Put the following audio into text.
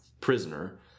prisoner